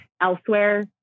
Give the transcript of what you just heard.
elsewhere